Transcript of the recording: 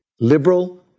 Liberal